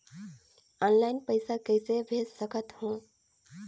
Online पइसा कइसे भेज सकत हो?